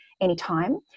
anytime